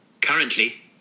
Currently